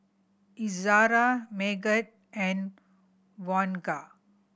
Izzara Megat and